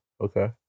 Okay